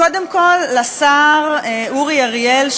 קודם כול לשר אורי אריאל,